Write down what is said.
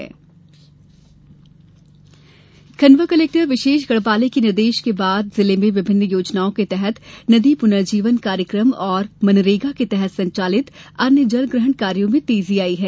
जल संरक्षण खंडवा कलेक्टर विशेष गढ़पाले के निर्देश के बाद जिले में विभिन्न योजनाओं के तहत नदी पुर्नजीवन कार्यक्रम और मनरेगा के तहत संचालित अन्य जल ग्रहण कार्यो में तेजी आई है